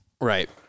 Right